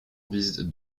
vise